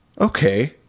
okay